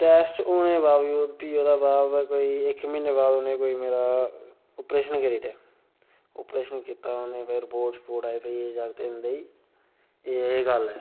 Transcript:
test होने दे बावजूद फ्ही ओह्दे बाद कोई इक म्हीनै बाद उ'नें मेरा ओपरेशन करी ओड़ेआ ओपरेशन कीता उ'नें फिर रपोर्ट शपोर्ट आई भई जागतै तुं'दे गी एह् एह् गल्ल ऐ